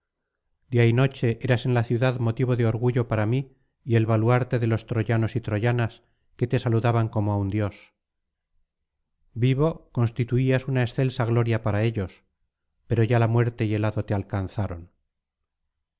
día y noche eras en la ciudad motivo de orgullo para mí y el baluarte de los troyanos y troyanas que te saludaban como á un dios vivo constituías una excelsa gloria para ellos pero ya la muerte y el hado te alcanzaron